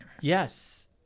Yes